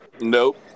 Nope